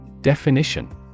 Definition